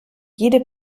jede